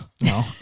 no